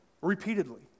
repeatedly